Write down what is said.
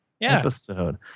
episode